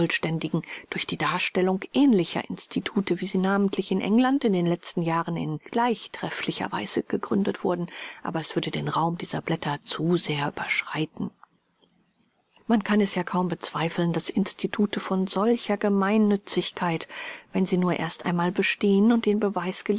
durch die darstellung ähnlicher institute wie sie namentlich in england in den letzten jahren in gleich trefflicher weise gegründet wurden aber es würde den raum dieser blätter zu sehr überschreiten man kann es ja kaum bezweiflen daß institute von solcher gemeinnützigkeit wenn sie nur erst einmal bestehen und den